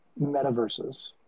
metaverses